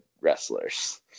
wrestlers